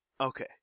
okay